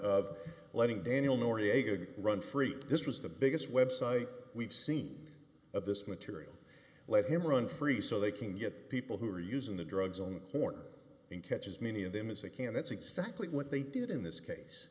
of letting daniel noriega get run free this was the biggest web site we've seen of this material let him run free so they can get people who are using the drugs on the corner in catch as many of them as they can that's exactly what they did in this case